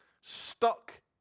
stuck